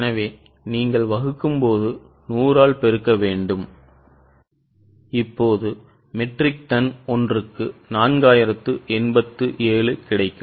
எனவே நீங்கள் வகுக்கும்போது 100 ஆல் பெருக்க வேண்டும் மெட்ரிக் டன் ஒன்றுக்கு 4087கிடைக்கும்